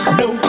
no